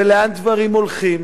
ולאן דברים הולכים,